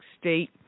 State